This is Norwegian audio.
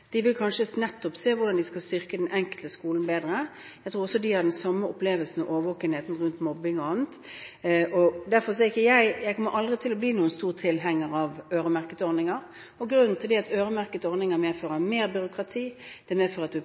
De vil kanskje nettopp se hvordan de bedre skal styrke den enkelte skolen. Jeg tror også at de har den samme opplevelsen og årvåkenheten rundt mobbing o.a., og derfor kommer aldri jeg til å bli noen stor tilhenger av øremerkede ordninger. Grunnen til det er at øremerkede ordninger fører til mer byråkrati, det medfører at